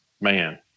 man